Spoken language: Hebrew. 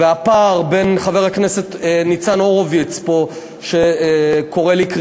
ובין חבר הכנסת ניצן הורוביץ שקורא לי פה